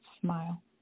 smile